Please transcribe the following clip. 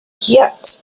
yet